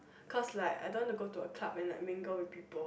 cause like I don't want to go a club when I mingle with people